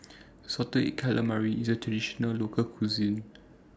Salted Egg Calamari IS A Traditional Local Cuisine